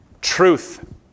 truth